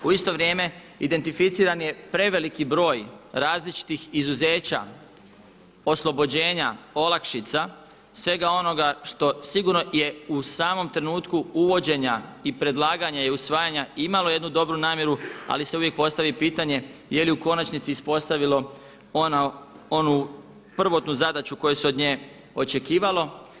U isto vrijeme identificiran je preveliki broj različitih izuzeća oslobođenja, olakšica, svega onoga što sigurno je u samom trenutku uvođenja i predlaganja i usvajanja imalo jednu dobru namjeru ali se uvijek postavi pitanje je li u konačnici uspostavilo onu prvotnu zadaću koja se od nje očekivala.